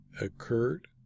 occurred